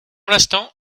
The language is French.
l’instant